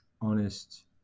honest